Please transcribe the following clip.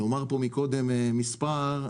נאמר פה קודם מספר.